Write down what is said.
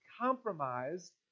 compromised